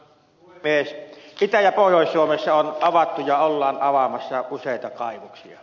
itä ja pohjois suomessa on avattu ja ollaan avaamassa useita kaivoksia